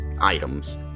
items